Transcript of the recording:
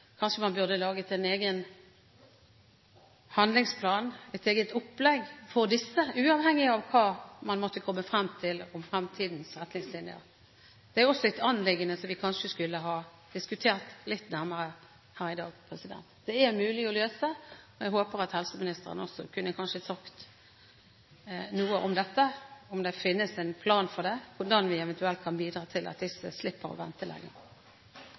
Kanskje man burde laget en egen handlingsplan, et eget opplegg for disse, uavhengig av hva man måtte komme frem til om fremtidens retningslinjer? Det er også et anliggende som vi kanskje skulle ha diskutert litt nærmere her i dag. Det er mulig å løse, og jeg håper at helseministeren kanskje kan si noe om dette – om det finnes en plan for det, og hvordan vi eventuelt kan bidra til at disse slipper å vente